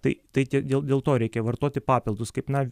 tai tai tik dėl dėl to reikia vartoti papildus kaip na